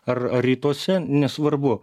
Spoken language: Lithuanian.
ar ar rytuose nesvarbu